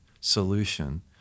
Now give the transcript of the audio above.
solution